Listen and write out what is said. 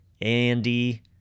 Andy